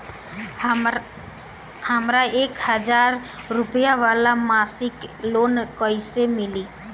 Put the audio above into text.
हमरा एक हज़ार रुपया वाला मासिक लोन कईसे मिली?